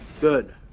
Good